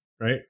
right